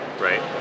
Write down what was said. Right